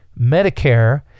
Medicare